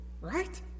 right